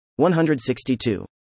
162